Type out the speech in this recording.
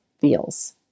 feels